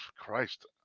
Christ